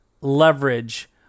leverage